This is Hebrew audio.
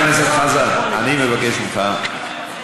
אני רוצה לשאול שאלה אמיתית.